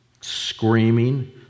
screaming